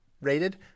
rated